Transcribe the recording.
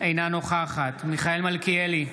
אינה נוכחת מיכאל מלכיאלי,